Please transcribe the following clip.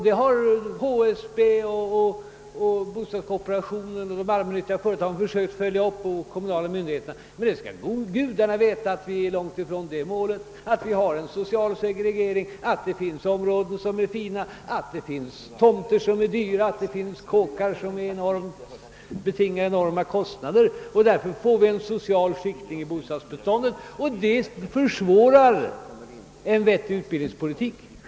Det har HSB, bostadskooperationen, de allmännyttiga och kommunala bostadsföretagen försökt följa upp, men gudarna skall veta att vi är långt från målet. Vi har en social segregering, det finns områden som är fina, det finns tomter som är dyra, och det finns hus som betingar enorma priser. Därför får vi en social skiktning av bostadsbeståndet, och detta försvårar självfallet en vettig utbildningspolitik.